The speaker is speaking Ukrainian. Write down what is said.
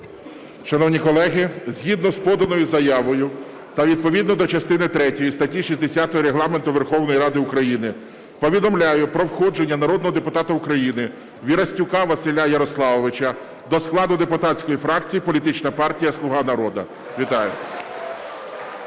Шановні колеги, згідно з поданою заявою та відповідно до частини третьої статті 60 Регламенту Верховної Ради України повідомляю про входження народного депутата України Вірастюка Василя Ярославовича до складу депутатської фракції Політичної партії "Слуга народу". Вітаю!